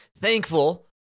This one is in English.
Thankful